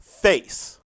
face